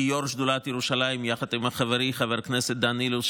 כיושב-ראש שדולת ירושלים יחד עם חברי חבר הכנסת דן אילוז,